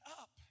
up